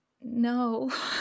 no